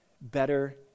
better